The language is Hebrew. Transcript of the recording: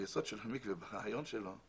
היסוד של המקווה והרעיון שלו הוא